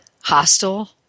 hostile